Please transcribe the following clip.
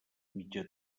mitja